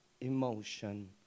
emotion